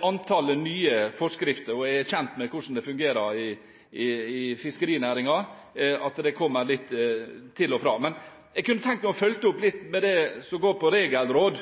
antallet nye forskrifter. Jeg er kjent med hvordan det fungerer i fiskerinæringen, at det kommer litt til og fra. Jeg kunne tenkt meg å følge opp litt med det som går på regelråd.